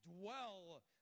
dwell